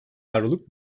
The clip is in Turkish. avroluk